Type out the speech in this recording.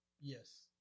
yes